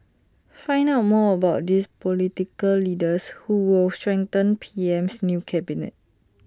find out more about these political leaders who will strengthen P M's new cabinet